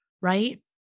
right